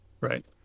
right